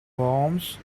worms